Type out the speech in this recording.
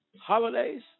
holidays